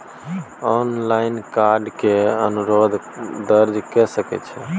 Online card के अनुरोध दर्ज के सकै छियै?